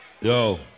Yo